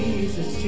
Jesus